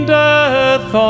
death